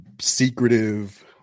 secretive